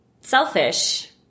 selfish